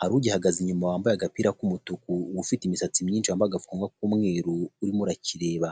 hari ugihagaze inyuma wambaye agapira k'umutuku ufite imisatsi myinshi wambaye agapfukamunwa k'umweru urimo urakireba.